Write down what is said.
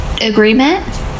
agreement